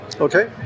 Okay